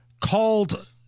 called